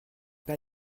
pas